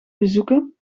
bezoeken